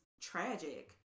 tragic